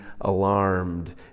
alarmed